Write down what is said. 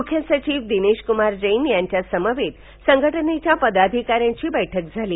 मुख्य सचिव दिनेशकुमार जैन यांच्यासमवेत संघटनेच्या पदाधिकाऱ्यांची बैठक प्राली